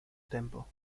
tempo